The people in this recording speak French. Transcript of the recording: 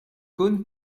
cosne